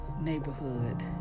neighborhood